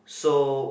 so